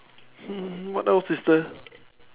hmm what else is there